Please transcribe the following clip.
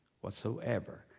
whatsoever